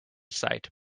sight